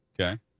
Okay